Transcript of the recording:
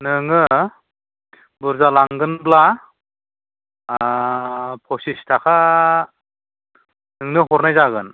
नोङो बुरजा लांगोनब्ला फसिस थाखा नोंनो हरनाय जागोन